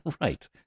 Right